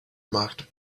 marked